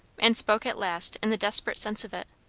and spoke at last in the desperate sense of it.